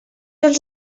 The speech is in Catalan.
els